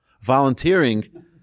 volunteering